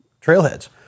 trailheads